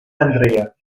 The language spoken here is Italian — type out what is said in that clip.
andrea